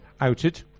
outed